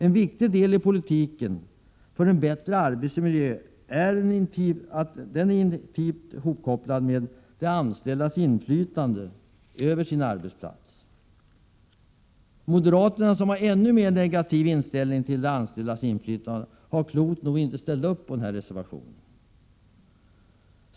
En viktig del i politiken för en bättre arbetsmiljö är de anställdas inflytande över sin arbetsplats. Moderaterna, som har en ännu mer negativ inställning till de anställdas inflytande, har klokt nog inte ställt upp på denna reservation.